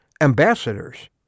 ambassadors